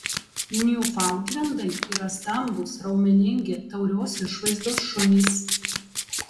niufaundlendai yra stambūs raumeningi taurios išvaizdos šunys